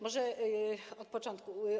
Może od początku.